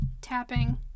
tapping